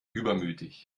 übermütig